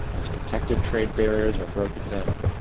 as protective trade-barriers are broken down,